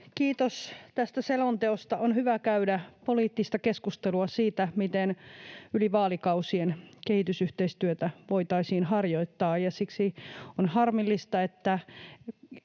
Kiitos tästä selonteosta. On hyvä käydä poliittista keskustelua siitä, miten voitaisiin harjoittaa yli vaalikausien kehitysyhteistyötä, ja siksi on harmillista, että